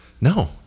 No